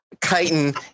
Chitin